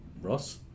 Ross